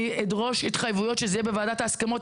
אני אדרוש התחייבויות שזה יהיה בוועדת ההסכמות.